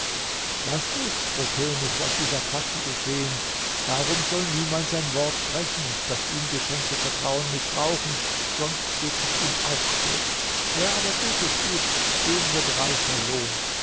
das ist's o könig was dieser katze geschehen darum soll niemand sein wort brechen und das ihm geschenkte vertrauen mißbrauchen sonst geht es ihm auch so wer aber gutes übt dem wird reicher lohn